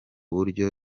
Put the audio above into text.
buryo